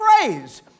phrase